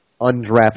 undrafted